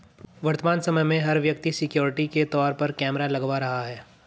वर्तमान समय में, हर व्यक्ति सिक्योरिटी के तौर पर कैमरा लगवा रहा है